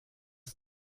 ist